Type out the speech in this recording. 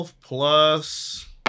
plus